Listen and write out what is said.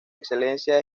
excelencia